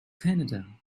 canada